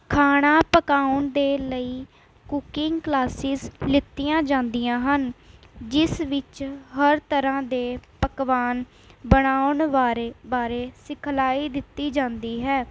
ਖਾਣਾ ਪਕਾਉਣ ਦੇ ਲਈ ਕੂਕਿੰਗ ਕਲਾਸਿਜ਼ ਲਿੱਤੀਆਂ ਜਾਂਦੀਆਂ ਹਨ ਜਿਸ ਵਿੱਚ ਹਰ ਤਰ੍ਹਾਂ ਦੇ ਪਕਵਾਨ ਬਣਾਉਣ ਬਾਰੇ ਬਾਰੇ ਸਿਖਲਾਈ ਦਿੱਤੀ ਜਾਂਦੀ ਹੈ